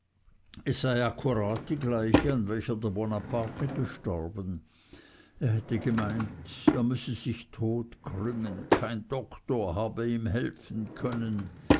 es sei akkurat die gleiche an welcher der bonaparte gestorben er hätte gemeint er müsse sich totkrümmen kein doktor habe ihm helfen können